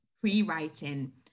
pre-writing